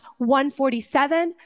147